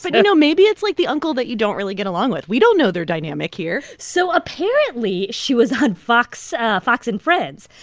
but know, maybe it's like the uncle that you don't really get along with. we don't know their dynamic here so apparently, she was on fox fox and friends,